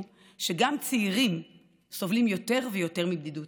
שגם צעירים סובלים יותר ויותר מבדידות.